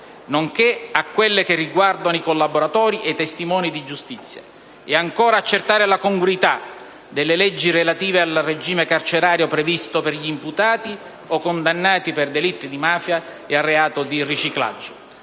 nonché di quelle riguardanti i collaboratori e i testimoni di giustizia e, ancora, quello di accertare la congruità delle leggi relative al regime carcerario previsto per gli imputati o i condannati per delitti di mafia e per il reato di riciclaggio.